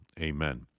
Amen